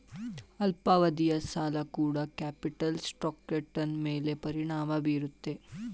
ಅಲ್ಪಾವಧಿಯ ಸಾಲ ಕೂಡ ಕ್ಯಾಪಿಟಲ್ ಸ್ಟ್ರಕ್ಟರ್ನ ಮೇಲೆ ಪರಿಣಾಮ ಬೀರುತ್ತದೆ